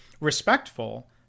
respectful